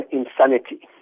insanity